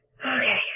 Okay